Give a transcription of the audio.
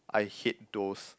I hate those